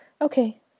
okay